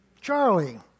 Charlie